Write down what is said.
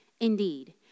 Indeed